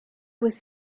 was